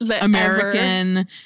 American